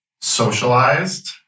socialized